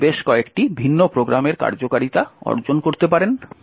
আপনি বেশ কয়েকটি ভিন্ন প্রোগ্রামের কার্যকারিতা অর্জন করতে পারেন